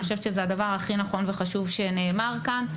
אני חושבת שזה הדבר הכי נכון וחשוב שנאמר כאן.